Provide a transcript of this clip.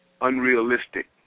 Unrealistic